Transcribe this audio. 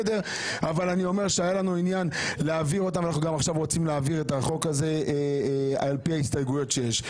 לכן אנחנו עכשיו רוצים להעביר את החוק הזה עם ההסתייגויות שיש,